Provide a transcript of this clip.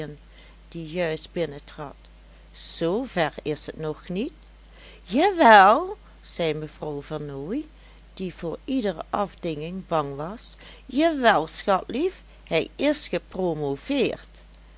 die juist binnentrad zoo ver is t nog niet ja wel zei mevrouw vernooy die voor iedere afdinging bang was ja wel schatlief hij is gepromoveerd